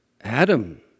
Adam